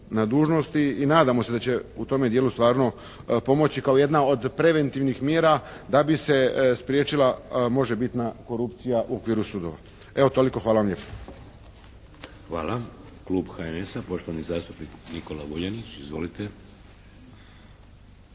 I nadamo se da će u tome dijelu stvarno pomoći kao jedna od preventivnih mjera da bi se spriječila možebitna korupcija u okviru sudova. Evo toliko. Hvala vam lijepo. **Šeks, Vladimir (HDZ)** Hvala. Klub HNS-a, poštovani zastupnik Nikola Vuljanić. Izvolite.